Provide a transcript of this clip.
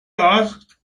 asked